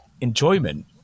enjoyment